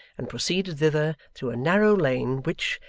and proceeded thither through a narrow lane which,